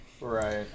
Right